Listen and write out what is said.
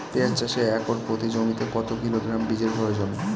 পেঁয়াজ চাষে একর প্রতি জমিতে কত কিলোগ্রাম বীজের প্রয়োজন?